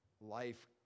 life